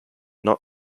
not